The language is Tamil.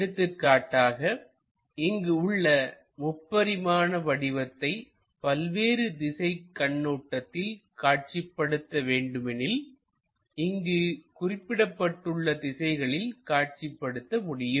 எடுத்துக்காட்டாக இங்கு உள்ள முப்பரிமாண வடிவத்தை பல்வேறு திசை கண்ணோட்டத்தில் காட்சிப்படுத்த வேண்டுமெனில் இங்கு குறிப்பிடப்பட்டுள்ள திசைகளில் காட்சிப்படுத்த முடியும்